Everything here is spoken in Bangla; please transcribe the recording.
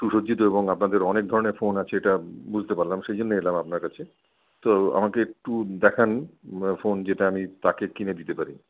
সুসজ্জিত এবং আপনাদের অনেক ধরনের ফোন আছে এটা বুঝতে পারলাম সেই জন্য এলাম আপনার কাছে তো আমাকে একটু দেখান ফোন যেটা আমি তাকে কিনে দিতে পারি